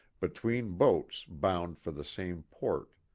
between boats bound for the same port,